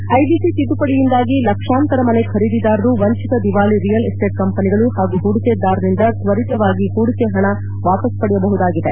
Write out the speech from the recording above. ಈ ಐಬಿಸಿ ತಿದ್ದುಪಡಿಯಿಂದಾಗಿ ಲಕ್ಷಾಂತರ ಮನೆ ಖರೀದಿದಾರರು ವಂಚಿತ ದಿವಾಳ ರಿಯಲ್ ಎಸ್ಸೇಟ್ ಕಂಪೆನಿಗಳು ಹಾಗೂ ಹೂಡಿಕೆದಾರರಿಂದ ತ್ವರಿತವಾಗಿ ಹೂಡಿಕೆ ಹಣ ವಾಪಸ್ ಪಡೆಯಬಹುದಾಗಿದೆ